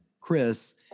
Chris